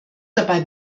dabei